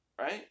right